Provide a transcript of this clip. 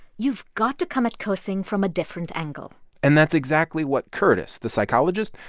you've got to come at cursing from a different angle and that's exactly what curtis, the psychologist,